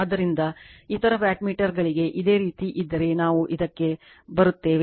ಆದ್ದರಿಂದ ಇತರ ವ್ಯಾಟ್ಮೀಟರ್ಗಳಿಗೆ ಇದೇ ರೀತಿ ಇದ್ದರೆ ನಾವು ಅದಕ್ಕೆ ಬರುತ್ತೇವೆ